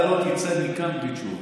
אתה לא תצא מכאן בלי תשובה.